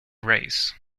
race